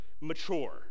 mature